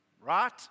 Right